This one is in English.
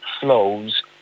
flows